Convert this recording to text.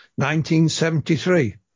1973